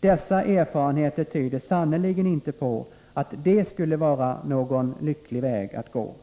Dessa erfarenheter tyder sannerligen inte på att det skulle vara någon lycklig väg att gå.